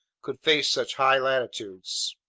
could face such high latitudes.